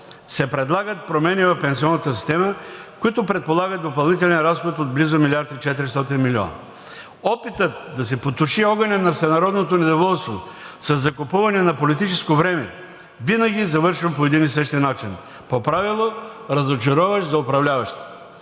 се предлагат промени в пенсионната система, които предполагат допълнителен разход от близо милиард и четиристотин милиона. Опитът да се потуши огънят на всенародното недоволство със закупуване на политическо време винаги завършва по един и същ начин – по правило разочароващ за управляващите.